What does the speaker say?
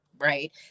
Right